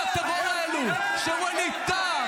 -- למעשי הטרור האלו של ווליד טאהא.